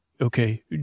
Okay